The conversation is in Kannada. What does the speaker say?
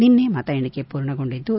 ನಿನೈ ಮತ ಎಣಿಕೆ ಪೂರ್ಣಗೊಂಡಿದ್ಲು